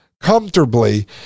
comfortably